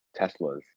Teslas